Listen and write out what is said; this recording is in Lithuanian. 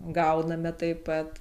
gauname taip pat